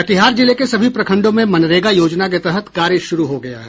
कटिहार जिले के सभी प्रखंडों में मनरेगा योजना के तहत कार्य शुरू हो गया है